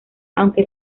aunque